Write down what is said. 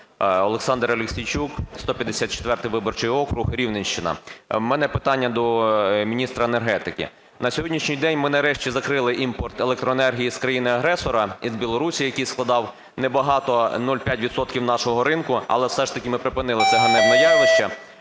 Олександр Аліксійчук, 154 виборчий округ, Рівненщина. У мене питання до міністра енергетики. На сьогоднішній день ми нарешті закрили імпорт електроенергії з країни-агресора і з Білорусі, який складав небагато – 0,5 відсотка нашого ринку, але все ж таки ми припинили це ганебне явище.